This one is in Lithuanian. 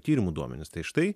tyrimų duomenis tai štai